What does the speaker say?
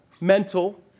mental